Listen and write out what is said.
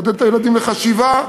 לעודד את הילדים לחשיבה.